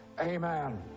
Amen